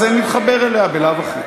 מיכל, ועדת הפנים.